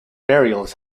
burials